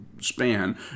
span